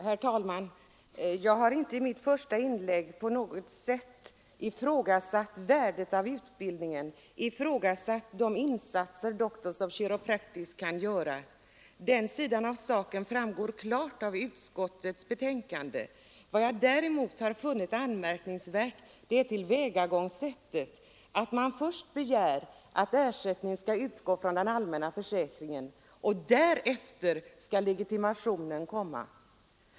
Herr talman! Jag har inte i mitt första inlägg på något sätt ifrågasatt värdet av de insatser som Doctors of Chiropractic kan göra. Den sidan framgår klart av utskottets betänkande. Vad jag däremot funnit anmärkningsvärt är tillvägagångssättet: först begär man att ersättning skall utgå från den allmänna försäkringen, därefter skall legitimationen komma.